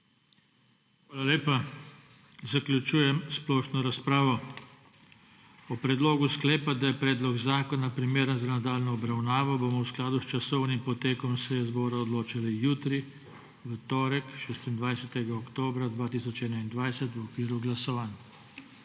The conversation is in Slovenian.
Hvala lepa. Zaključujem splošno razpravo. O predlogu sklepa, da je predlog zakona primeren za nadaljnjo obravnavo, bomo v skladu s časovnim potekom seje zbora odločali jutri, v torek, 26. oktobra 2021 v okviru glasovanj.